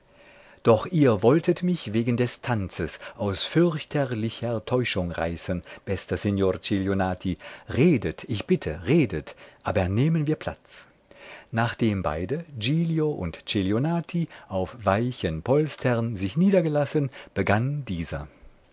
doch ihr wolltet mich wegen des tanzes aus fürchterlicher täuschung reißen bester signor celionati redet ich bitte redet aber nehmen wir platz nachdem beide